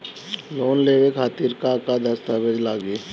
Loan लेवे खातिर का का दस्तावेज लागी?